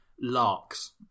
larks